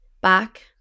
back